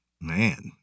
Man